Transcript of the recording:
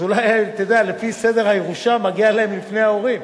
אולי לפי סדר הירושה, מגיע להם לפני ההורים,